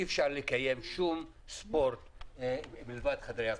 ולכן אי אפשר לקיים ספורט אלא רק בחדרי הכושר.